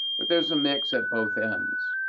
but there's a mix at both ends.